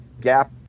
gap